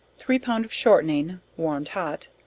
three pound of shortning, warmed hot,